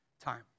time